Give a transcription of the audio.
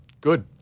good